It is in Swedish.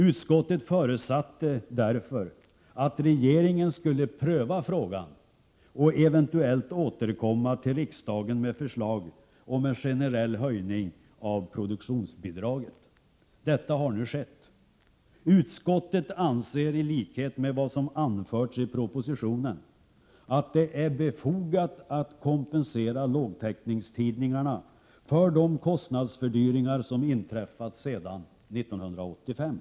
Utskottet föresatte därför att regeringen skulle pröva frågan och eventuellt återkomma till riksdagen med förslag om en generell höjning av produktionsbidraget. Detta har nu skett. Utskottet anser, i likhet med vad som har anförts i propositionen, att det är befogat att kompensera lågtäckningstidningarna för de kostnadsfördyringar som har inträffat sedan 1985.